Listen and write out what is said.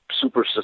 super